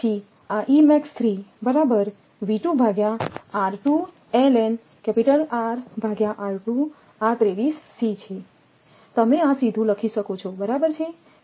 અને પછી આ આ 23 સી છે તમેઆ સીધું લખી શકો છોબરાબર છે